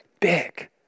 big